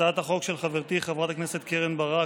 הצעת החוק של חברתי חברת הכנסת קרן ברק,